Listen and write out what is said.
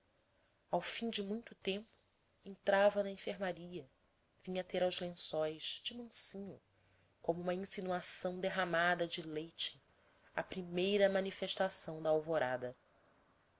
ao fim de muito tempo entrava na enfermaria vinha ter aos lençóis de mansinho como uma insinuação derramada de leite a primeira manifestação da alvorada